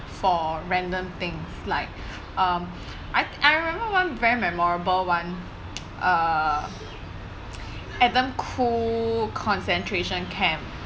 for random things like um I I remembered one very memorable one uh adam khoo concentration camp